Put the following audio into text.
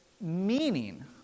meaning